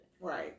right